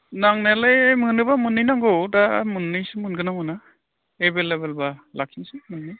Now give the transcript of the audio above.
नांनायालाय मोनोब्ला मोननै नांगौ दा मोननैसो मोनगोन ना मोना एभेलेबेलब्ला लाखिनोसै मोननै